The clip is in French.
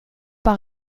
par